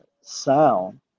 sound